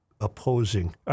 opposing